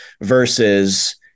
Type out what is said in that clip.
versus